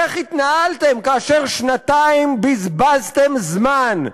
איך התנהלתם כאשר שנתיים בזבזתם זמן,